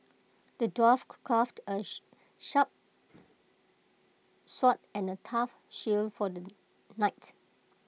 the dwarf crafted A shh sharp sword and A tough shield for the knight